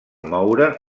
moure